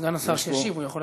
סגן השר יכול להציע.